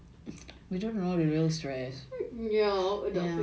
ya adulting